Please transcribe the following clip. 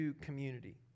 community